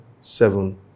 seven